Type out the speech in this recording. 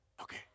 Okay